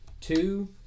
two